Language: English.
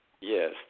Yes